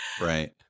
Right